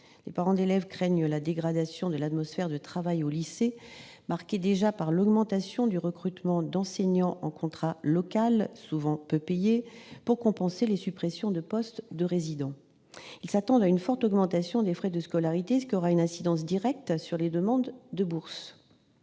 Les parents d'élèves craignent la dégradation de l'atmosphère de travail au lycée- cette dernière est déjà marquée par l'augmentation du recrutement d'enseignants en contrat local, lesquels souvent très peu payés, pour compenser les suppressions de postes de résidents. Ils s'attendent à une forte augmentation des frais de scolarité, ce qui aura une incidence directe sur les demandes de bourse.